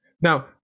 now